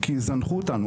כי זנחו אותנו.